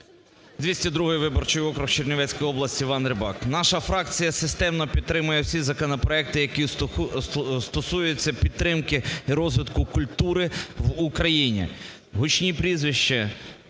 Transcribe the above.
202 виборчий округ, Чернівецька область, Іван Рибак. Наша фракція системно підтримує всі законопроекти, які стосуються підтримки і розвитку культури в Україні. Гучні прізвища: